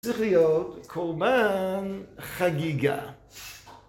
צריך להיות קורבן חגיגה.